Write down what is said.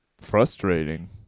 Frustrating